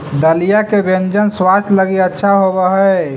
दलिया के व्यंजन स्वास्थ्य लगी अच्छा होवऽ हई